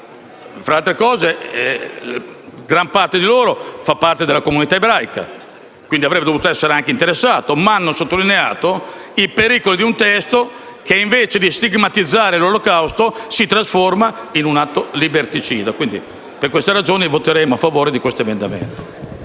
Tra le altre cose, gran parte di loro fa parte della comunità ebraica e, quindi, avrebbe dovuto essere anche interessato, ma quegli storici hanno sottolineato il pericolo di un testo che, invece di stigmatizzare l'Olocausto, si trasforma in un atto liberticida. Per queste ragioni voteremo a favore del subemendamento